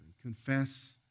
confess